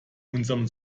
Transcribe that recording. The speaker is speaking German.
unserem